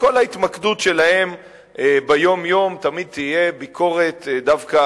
כל ההתמקדות שלהם ביום-יום תמיד תהיה ביקורת דווקא